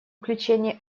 включение